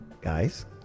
Guys